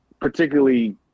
particularly